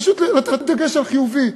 פשוט לתת דגש על חיובי.